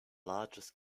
largest